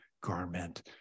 garment